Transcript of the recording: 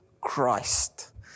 Christ